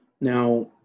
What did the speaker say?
Now